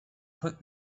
put